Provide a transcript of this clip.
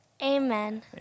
Amen